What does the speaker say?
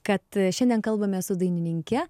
kad šiandien kalbamės su dainininke